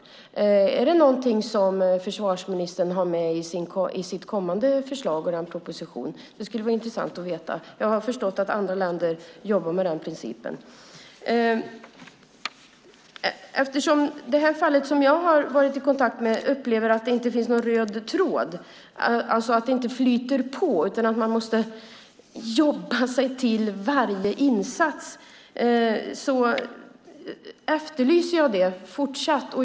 Är det någonting som försvarsministern har med i sitt kommande förslag och proposition? Det skulle vara intressant att veta. Jag har förstått att andra länder jobbar med den principen. Eftersom man i detta fall som jag har varit i kontakt med upplever att det inte finns någon röd tråd, alltså att det inte flyter på utan att man måste jobba sig till varje insats, efterlyser jag det.